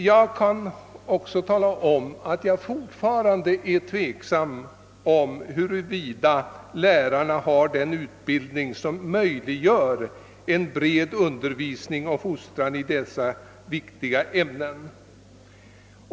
Jag är fortfarande tveksam om huruvida lärarna har den utbildning som möjliggör en bred undervisning och fostran i dessa viktiga frågor.